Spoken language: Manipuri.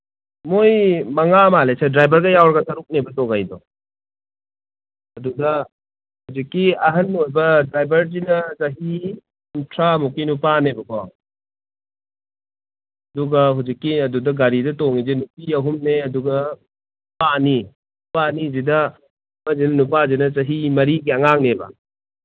ꯃꯣꯏ ꯃꯉꯥ ꯃꯥꯜꯂꯦ ꯁꯥꯔ ꯗ꯭ꯔꯥꯏꯚꯔꯒ ꯌꯥꯎꯔꯒ ꯇꯔꯨꯛꯅꯦꯕ ꯇꯣꯡꯉꯛꯏꯗꯣ ꯑꯗꯨꯒ ꯍꯧꯖꯤꯛꯀꯤ ꯑꯍꯟ ꯑꯣꯏꯕ ꯗ꯭ꯔꯥꯏꯚꯔꯁꯤꯅ ꯆꯍꯤ ꯀꯨꯟꯊ꯭ꯔꯥꯃꯨꯛꯀꯤ ꯅꯨꯄꯥꯅꯦꯕꯀꯣ ꯑꯗꯨꯒ ꯍꯧꯖꯤꯛꯀꯤ ꯑꯗꯨꯗ ꯒꯥꯔꯤꯗ ꯇꯣꯡꯉꯤꯁꯦ ꯅꯨꯄꯤ ꯑꯍꯨꯝꯅꯦ ꯑꯗꯨꯒ ꯅꯨꯄꯥ ꯑꯅꯤ ꯅꯨꯄꯥ ꯑꯅꯤꯁꯤꯗ ꯑꯃꯁꯤꯅ ꯅꯨꯄꯥꯁꯤꯅ ꯆꯍꯤ ꯃꯔꯤꯒꯤ ꯑꯉꯥꯡꯅꯦꯕ